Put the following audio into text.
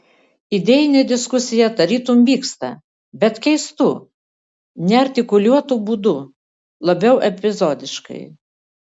idėjinė diskusija tarytum vyksta bet keistu neartikuliuotu būdu labiau epizodiškai